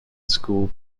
school